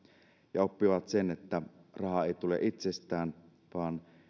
ja oppivat sen että raha ei tule itsestään vaan